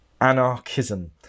anarchism